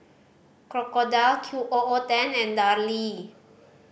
Crocodile Q O O Ten and Darlie